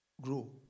Grow